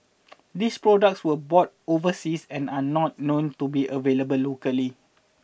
these products were bought overseas and are not known to be available locally